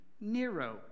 Nero